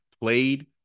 played